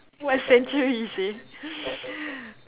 what century he say